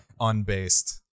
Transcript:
unbased